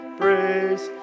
praise